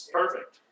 perfect